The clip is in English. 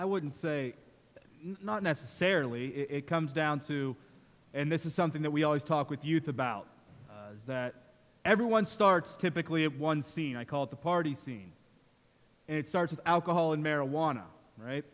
i wouldn't say that not necessarily it comes down to and this is something that we always talk with youths about that everyone starts typically at one scene i call the party scene and it starts with alcohol and marijuana right